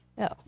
No